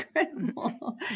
incredible